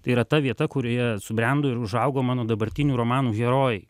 tai yra ta vieta kurioje subrendo ir užaugo mano dabartinių romanų herojai